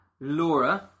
Laura